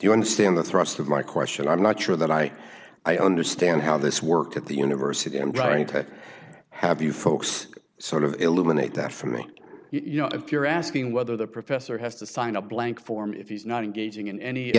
you understand the thrust of my question i'm not sure that i i understand how this worked at the university i'm trying to have you folks sort of eliminate that for me you know if you're asking whether the professor has to sign a blank form if he's not engaging in any